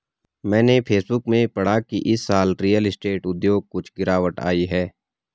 मैंने फेसबुक में पढ़ा की इस साल रियल स्टेट उद्योग कुछ गिरावट आई है